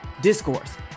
Discourse